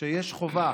שיש חובה